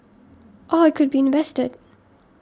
or it could be invested